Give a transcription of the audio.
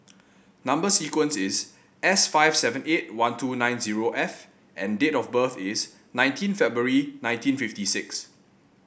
number sequence is S five seven eight one two nine zero F and date of birth is nineteen February nineteen fifty six